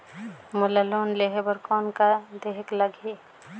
मोला लोन लेहे बर कौन का देहेक लगही?